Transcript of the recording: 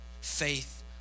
faith